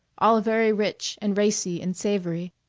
all very rich and racy and savory,